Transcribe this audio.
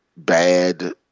bad